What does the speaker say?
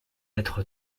être